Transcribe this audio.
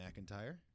McIntyre